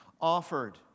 offered